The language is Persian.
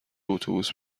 اتوبوس